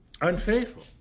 Unfaithful